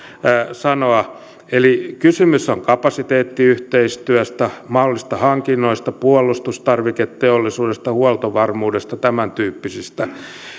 sanoa kysymys on kapasiteettiyhteistyöstä mahdollisista hankinnoista puolustustarviketeollisuudesta huoltovarmuudesta tämäntyyppisistä